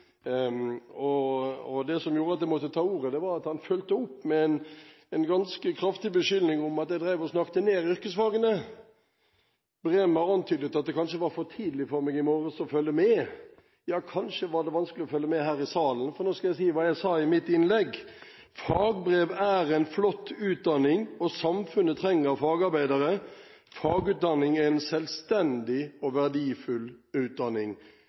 Det som gjorde at jeg måtte ta ordet, var at han fulgte opp med en ganske kraftig beskyldning om at jeg snakket ned yrkesfagene. Han antydet at det kanskje var for tidlig for meg i dag morges å følge med. Kanskje var det vanskelig å følge med her i salen, for jeg skal nå si hva jeg sa i mitt innlegg: «Fagbrev er en flott utdanning, og samfunnet trenger fagarbeidere. Fagutdanning er en selvstendig og verdifull utdanning.»